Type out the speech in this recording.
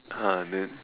!huh! then